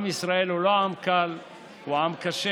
עם ישראל הוא לא עם קל, הוא עם קשה,